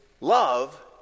love